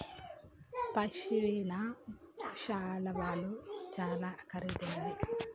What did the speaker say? పశ్మిన శాలువాలు చాలా ఖరీదైనవి